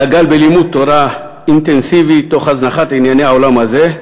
דגל בלימוד תורה אינטנסיבי תוך הזנחת ענייני העולם הזה.